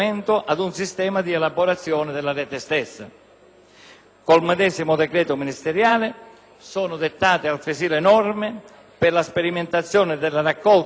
il medesimo decreto ministeriale sono dettate, altresì, le norme per la sperimentazione e la raccolta del gioco praticato mediante i medesimi apparecchi.